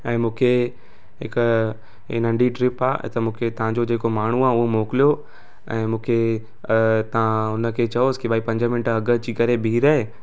ऐं मुंखे हिकु हे नंढी ट्रिप आहे त मूंखे तव्हांजो जेको माण्हू आहे उहो मोकिलियो ऐं मूंखे तव्हां हुनखे चयोसि की भई पंज मिंट अॻु अची करे बीहु रहे